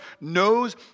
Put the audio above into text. knows